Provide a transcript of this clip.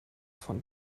von